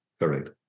Correct